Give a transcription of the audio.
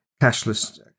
cashless